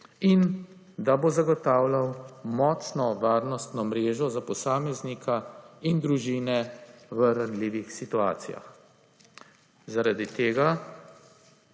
in da bo zagotavljal močno varnostno mrežo za posameznika in družine v ranljivih situacijah.